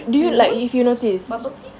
oo is bubble tea